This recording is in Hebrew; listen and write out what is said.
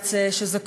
הקיץ שזה קורה.